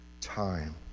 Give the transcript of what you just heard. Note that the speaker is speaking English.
time